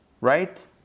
right